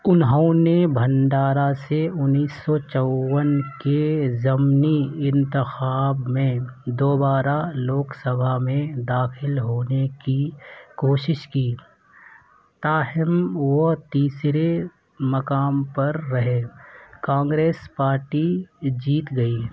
انہوں نے بھنڈارا سے انیس سو چوّن کے ضمنی انتخاب میں دوبارہ لوک سبھا میں داخل ہونے کی کوشش کی تاہم وہ تیسرے مقام پر رہے کانگریس پارٹی جیت گئی